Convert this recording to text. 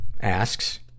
asks